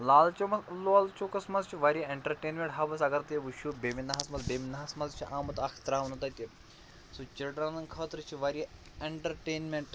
لال چومہٕ لال چوکَس منٛز چھِ واریاہ انٹَرٹینمینٹ ہاوٕس اگر تُہۍ وٕچھِو بٮ۪مِنہ ہَس منٛز بٮ۪مِنہ ہَس منٛز چھِ آمُت اکھ ترٛاونہٕ تَتہِ سُہ چِلڈرَنَن خٲطرٕ چھِ واریاہ ایٚنٹَرٹینم۪نٛٹ